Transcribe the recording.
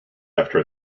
after